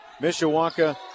Mishawaka